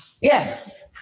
Yes